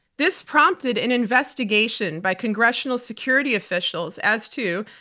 this prompted an investigation by congressional security officials as to,